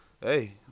hey